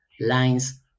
lines